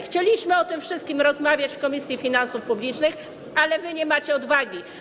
Chcieliśmy o tym wszystkim rozmawiać w Komisji Finansów Publicznych, ale wy nie macie odwagi.